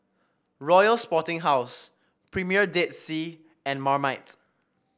Royal Sporting House Premier Dead Sea and Marmite